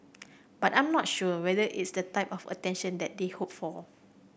but I'm not sure whether it's the type of attention that they hoped for